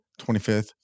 25th